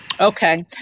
Okay